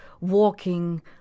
walking